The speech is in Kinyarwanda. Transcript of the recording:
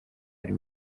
ari